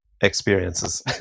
experiences